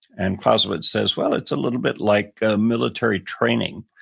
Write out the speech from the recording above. and clausewitz says, well, it's a little bit like a military training.